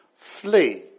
Flee